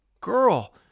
girl